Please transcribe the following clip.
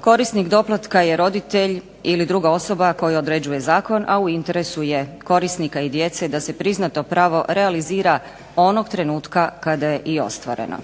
Korisnik doplatka je roditelj ili druga osoba koju određuje zakon, a u interesu je korisnika i djece da se prizna to pravo, realizira onog trenutka kada je i ostvareno.